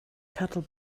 cattle